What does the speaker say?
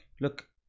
Look